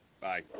Bye